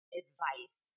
advice